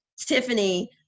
Tiffany